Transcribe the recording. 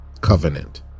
covenant